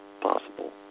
possible